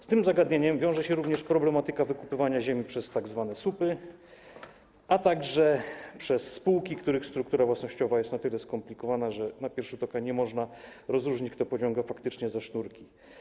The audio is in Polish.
Z tym zagadnieniem wiąże się również problematyka wykupowania ziemi przez tzw. słupy, a także przez spółki, których struktura własnościowa jest na tyle skomplikowana, że na pierwszy rzut oka nie można rozróżnić, kto faktycznie pociąga za sznurki.